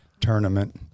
tournament